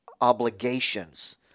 obligations